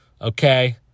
okay